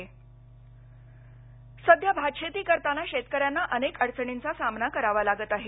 SRT भातशेती सध्या भातशेती करताना शेतकऱ्यांना अनेक अडचणींचा सामना करावा लागत आहे